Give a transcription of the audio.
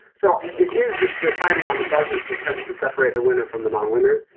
so it is the the timing on the buzzer that tends to separate the winner from the non-winners.